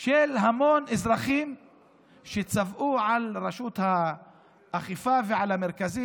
של המון אזרחים שצבאו על רשות האכיפה ועל המרכזים